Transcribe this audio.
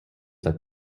that